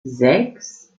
sechs